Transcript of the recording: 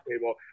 table